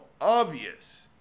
obvious